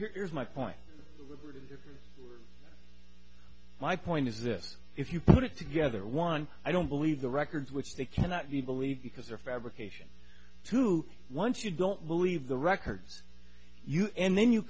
here is my point my point is this if you put it together one i don't believe the records which they cannot be believed because they're fabrication to once you don't believe the records you and then you